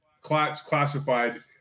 classified